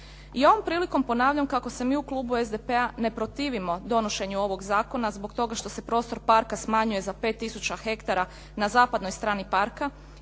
I ovom prilikom ponavljam kako se mi u klubu SDP-a ne protivimo donošenju ovog zakona zbog toga što se prostor parka smanjuje za 5 tisuća hektara na zapadnoj strani parka